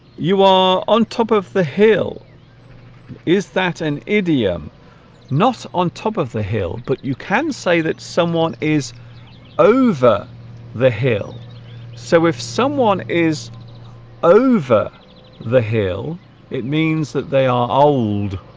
you are on top of the hill is that an idiom not on top of the hill but you can say that someone is over the hill so if someone is over the hill it means that they are old